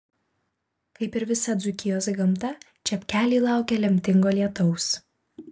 kaip ir visa dzūkijos gamta čepkeliai laukia lemtingo lietaus